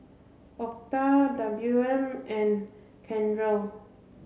Octa W M and Kendell